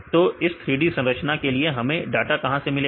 तो इस 3d संरचना के लिए हमें डाटा कहां से मिलेगा